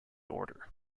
order